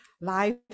life